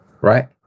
right